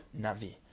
Navi